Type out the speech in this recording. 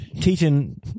teaching